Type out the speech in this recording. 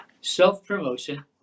self-promotion